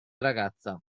ragazza